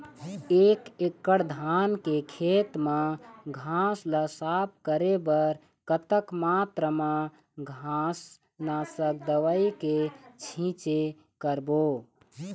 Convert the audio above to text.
एक एकड़ धान के खेत मा घास ला साफ करे बर कतक मात्रा मा घास नासक दवई के छींचे करबो?